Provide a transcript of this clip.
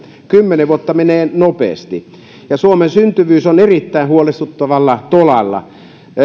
kymmenen vuotta menee nopeasti suomen syntyvyys on erittäin huolestuttavalla tolalla